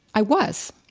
i was.